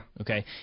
Okay